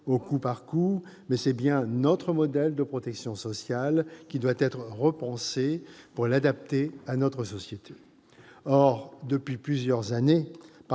au coup par coup, mais c'est bien notre modèle de protection sociale qui doit être repensé pour l'adapter à notre société. Or, depuis plusieurs années,